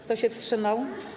Kto się wstrzymał?